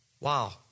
wow